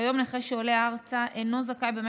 כיום נכה העולה ארצה אינו זכאי לקצבת